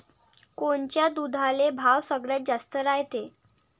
कोनच्या दुधाले भाव सगळ्यात जास्त रायते?